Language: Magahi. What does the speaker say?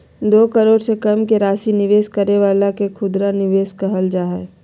दो करोड़ से कम के राशि निवेश करे वाला के खुदरा निवेशक कहल जा हइ